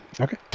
okay